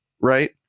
right